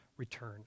return